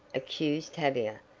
accused tavia.